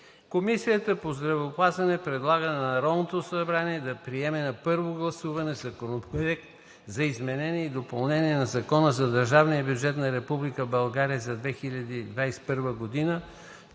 Комисията по здравеопазването предлага на Народното събрание да приеме на първо гласуване Законопроект за изменение и допълнение на Закона за държавния бюджет на Република България за 2021 г.,